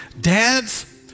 Dads